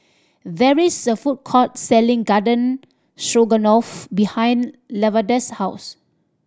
there is a food court selling Garden Stroganoff behind Lavada's house